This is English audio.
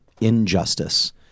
injustice